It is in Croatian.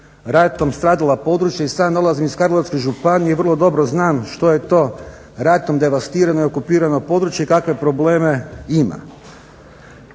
ratom stradala područja. I sam dolazim iz Karlovačke županije i vrlo dobro znam što je to ratom devastirano i okupirano područje kakve problem ima.